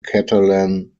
catalan